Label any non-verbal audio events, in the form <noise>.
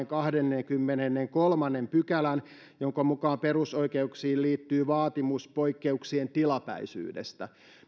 <unintelligible> kahdennenkymmenennenkolmannen pykälän jonka mukaan perusoikeuksiin liittyy vaatimus poikkeuksien tilapäisyydestä